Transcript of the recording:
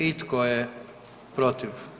I tko je protiv?